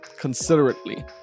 considerately